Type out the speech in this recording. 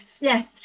yes